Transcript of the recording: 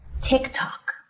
TikTok